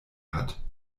hat